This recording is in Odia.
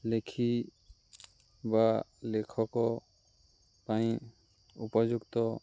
ଲେଖି ବା ଲେଖକ ପାଇଁ ଉପଯୁକ୍ତ